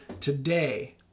today